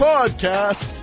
Podcast